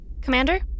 Commander